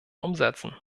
umsetzen